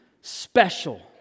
special